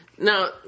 Now